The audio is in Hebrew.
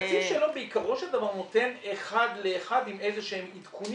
התקציב שלו בעיקרו של דבר נותן אחד לאחד עם איזה שהם עדכונים